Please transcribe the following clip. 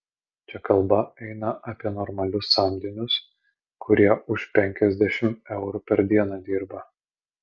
čia kalba eina apie normalius samdinius kurie už penkiasdešimt eurų per dieną dirba